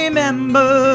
Remember